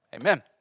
Amen